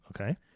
Okay